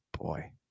boy